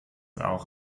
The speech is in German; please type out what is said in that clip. auch